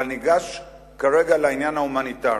אבל ניגש כרגע לעניין ההומניטרי.